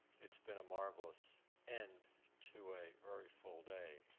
it's been a marvelous end to a very full day.